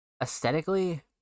Aesthetically